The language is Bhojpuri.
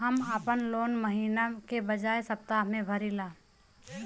हम आपन लोन महिना के बजाय सप्ताह में भरीला